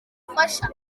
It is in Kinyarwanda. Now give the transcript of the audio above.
n’umufasha